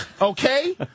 okay